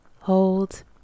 hold